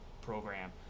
program